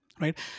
right